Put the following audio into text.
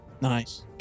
Nice